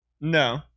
No